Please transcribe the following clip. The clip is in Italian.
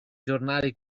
giornali